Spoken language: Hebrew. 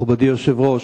מכובדי היושב-ראש,